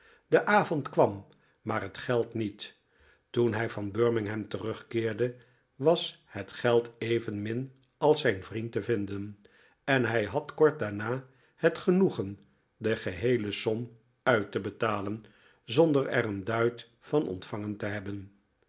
de avond kwam maar het geld niet toen hij van birmingham terugkeerde was het geld evenmin als zijn vriend te vinden en hij had kort daarna het genoegen de geheele som uit te betalen zonder er een duit van ontvangen te hebben